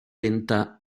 venta